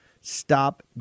stop